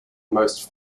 most